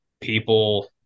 people